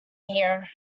here